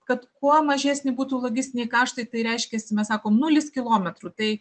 kad kuo mažesni būtų logistiniai kaštai tai reiškias mes sakom nulis kilometrų tai